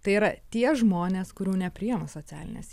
tai yra tie žmonės kurių nepriima socialinės